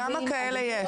כמה כאלה יש?